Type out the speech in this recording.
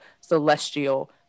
celestial